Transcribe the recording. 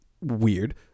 Weird